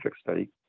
study